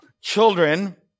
children